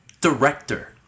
director